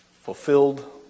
Fulfilled